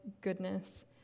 goodness